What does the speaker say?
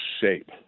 shape